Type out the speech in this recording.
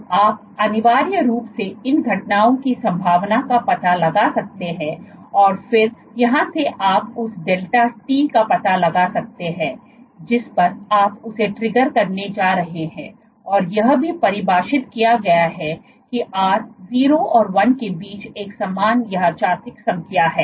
तो आप अनिवार्य रूप से इन घटनाओं की संभावना का पता लगा सकते हैं और फिर यहां से आप उस डेल्टा टी का पता लगा सकते हैं जिस पर आप उसे ट्रिगर करने जा रहे हैं और यह भी परिभाषित किया गया है कि r 0 और 1 के बीच एक समान यादृच्छिक संख्या है